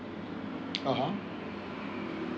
a'ah